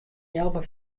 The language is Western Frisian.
healwei